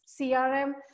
CRM